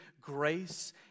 grace